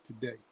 today